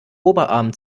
oberarm